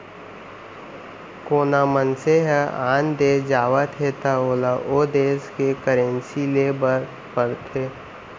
कोना मनसे ह आन देस जावत हे त ओला ओ देस के करेंसी लेय बर पड़थे